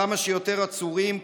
כמה שיותר עצורים,